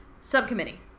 subcommittee